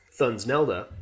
Thunsnelda